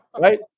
Right